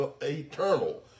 eternal